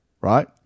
right